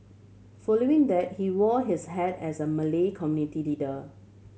following that he wore his hat as a Malay community leader